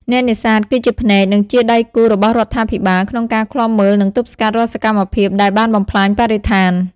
អ្នកនេសាទគឺជាភ្នែក និងជាដៃគូរបស់រដ្ឋាភិបាលក្នុងការឃ្លាំមើល និងទប់ស្កាត់រាល់សកម្មភាពដែលបានបំផ្លាញបរិស្ថាន។